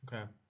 Okay